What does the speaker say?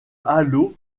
halo